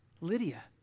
Lydia